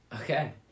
Okay